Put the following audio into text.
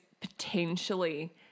potentially